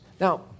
Now